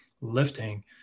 lifting